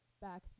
Back